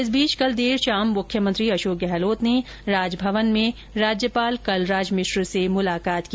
इस बीच कल देर शाम मुख्यमंत्री अशोक गहलोत ने राजभवन में राज्यपाल कलराज मिश्र से मुलाकात की